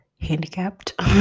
handicapped